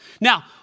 Now